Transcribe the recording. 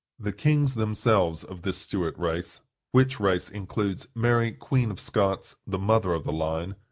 the kings themselves of this stuart race which race includes mary queen of scots, the mother of the line,